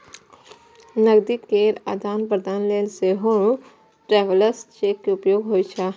नकदी केर आदान प्रदान लेल सेहो ट्रैवलर्स चेक के उपयोग होइ छै